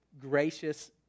gracious